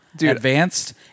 Advanced